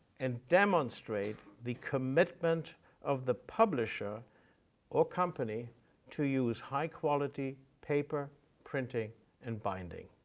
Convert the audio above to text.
and demonstrate the commitment of the publisher or company to use high-quality paper printing and binding.